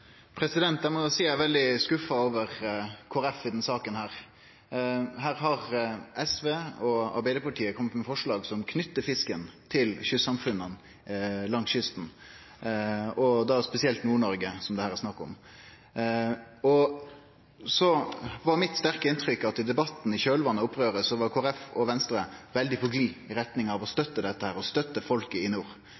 veldig skuffa over Kristeleg Folkeparti i denne saka. Her har SV og Arbeidarpartiet kome med forslag som knyter fisken til kystsamfunna langs kysten, og da spesielt Nord-Noreg, som det her er snakk om. Så var det mitt sterke inntrykk at i debatten i kjølvatnet av opprøret var Kristeleg Folkeparti og Venstre veldig på glid i retning av å